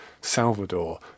Salvador